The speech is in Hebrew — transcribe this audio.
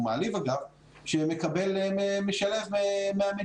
הוא מעליב אגב, משלב מהמדינה.